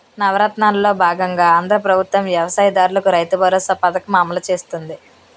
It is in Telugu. నవరత్నాలలో బాగంగా ఆంధ్రా ప్రభుత్వం వ్యవసాయ దారులకు రైతుబరోసా పథకం అమలు చేస్తుంది